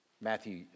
Matthew